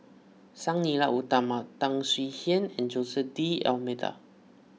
Sang Nila Utama Tan Swie Hian and Jose D'Almeida